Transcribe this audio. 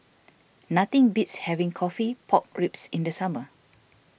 nothing beats having Coffee Pork Ribs in the summer